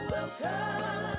Welcome